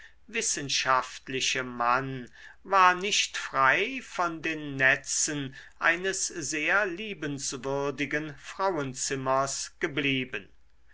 wissenschaftliche mann war nicht frei von den netzen eines sehr liebenswürdigen frauenzimmers geblieben